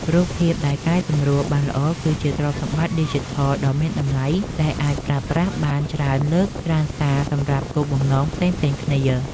រូបភាពដែលកែសម្រួលបានល្អគឺជាទ្រព្យសម្បត្តិឌីជីថលដ៏មានតម្លៃដែលអាចប្រើប្រាស់បានច្រើនលើកច្រើនសារសម្រាប់គោលបំណងផ្សេងៗគ្នា។